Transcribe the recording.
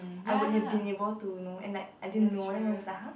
I would have been about to you know and like I didn't know then it's like !huh!